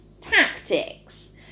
tactics